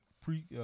pre